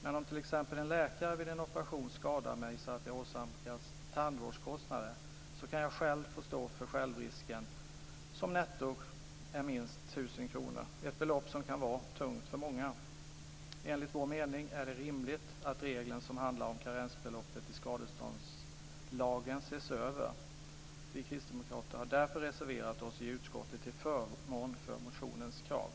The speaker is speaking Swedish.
Men om t.ex. en läkare vid en operation skadar mig så att jag åsamkas tandvårdkostnader kan jag själv få stå för självrisken som netto är minst 1 000 kr. Ett belopp som kan vara tungt för många. Enligt vår mening är det rimligt att regeln som handlar om karensbeloppet i skadeståndslagen ses över. Vi kristdemokrater har därför reserverat oss i utskottet till förmån för motionens krav.